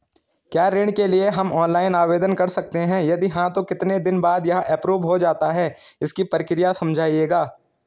क्या ऋण के लिए हम ऑनलाइन आवेदन कर सकते हैं यदि हाँ तो कितने दिन बाद यह एप्रूव हो जाता है इसकी प्रक्रिया समझाइएगा?